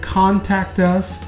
contactus